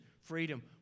freedom